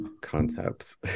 concepts